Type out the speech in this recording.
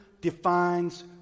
defines